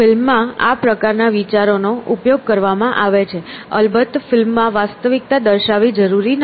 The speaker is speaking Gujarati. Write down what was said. ફિલ્મ માં આ પ્રકારના વિચારનો ઉપયોગ કરવામાં આવે છે અલબત્ત ફિલ્મ માં વાસ્તવિકતા દર્શાવવી જરૂરી નથી